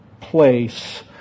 place